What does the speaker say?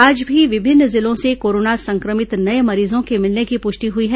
आज भी विभिन्न जिलों से कोरोना संक्रमित नये मरीजों के मिलने की पुष्टि हई है